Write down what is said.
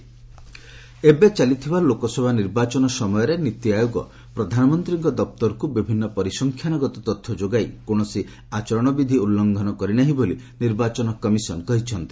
EC NITI Aayog ଏବେ ଚାଲିଥିବା ଲୋକସଭା ନିର୍ବାଚନ ସମୟରେ ନୀତି ଆୟୋଗ ପ୍ରଧାନମନ୍ତ୍ରୀଙ୍କ ଦପ୍ତରକୁ ବିଭିନ୍ନ ପରିସଂଖ୍ୟାନଗତ ତଥ୍ୟ ଯେଗାଇ କୌଣସି ଆଚରଣବିଧି ଉଲ୍ଲ୍ଘନ କରିନାହିଁ ବୋଲି ନିର୍ବାଚନ କମିଶନ କହିଛନ୍ତି